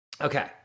okay